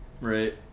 Right